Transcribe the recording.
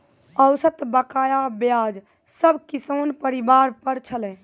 औसत बकाया ब्याज सब किसान परिवार पर छलै